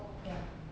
ya